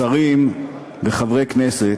שרים וחברי כנסת,